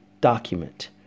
document